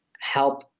help